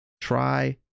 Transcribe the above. Try